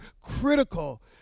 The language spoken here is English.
critical